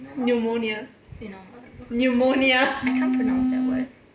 pneumonia pneumonia